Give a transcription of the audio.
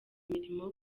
imirimo